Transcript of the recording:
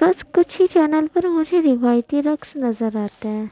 بس کچھ ہی چینل پر مجھے روایتی رقص نظر آتا ہے